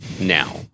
now